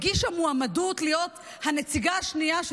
הגישה מועמדות להיות הנציגה השנייה של